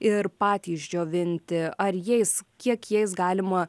ir patys džiovinti ar jais kiek jais galima